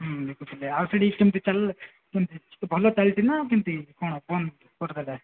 ହଁ ଦେଖୁଥିଲି ଆଉ ସେଠି କେମିତି ଚାଲି ମାନେ ଭଲ ଚାଲିଛି ନା କେମିତି କ'ଣ